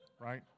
right